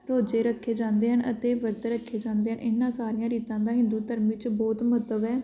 ਰੋਜੇ ਰੱਖੇ ਜਾਂਦੇ ਹਨ ਅਤੇ ਵਰਤ ਰੱਖੇ ਜਾਂਦੇ ਹਨ ਇਹਨਾਂ ਸਾਰੀਆਂ ਰੀਤਾਂ ਦਾ ਹਿੰਦੂ ਧਰਮ ਵਿੱਚ ਬਹੁਤ ਮਹੱਤਵ ਹੈ